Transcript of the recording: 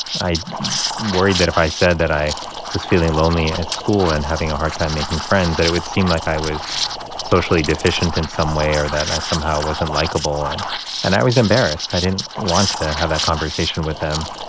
i worried that if i said that i was feeling lonely at school and having a hard time making friends that it would seem like i was socially deficient in some way or that i somehow wasn't likeable. and and i was embarrassed. i didn't want to have that conversation with them.